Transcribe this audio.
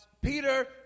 Peter